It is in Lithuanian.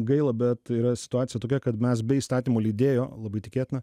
gaila bet yra situacija tokia kad mes be įstatymo leidėjo labai tikėtina